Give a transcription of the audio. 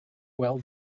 hywel